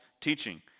teaching